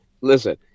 Listen